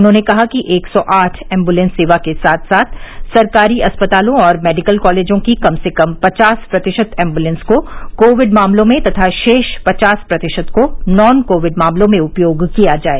उन्होंने कहा कि एक सौ आठ एम्बुलेंस सेवा के साथ साथ सरकारी अस्पतालों और मेडिकल कॉलेजों की कम से कम पचास प्रतिशत एम्बूलेंस को कोविड मामलों में तथा शेष पचास प्रतिशत को नॉन कोविड मामलों में उपयोग किया जाए